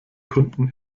kunden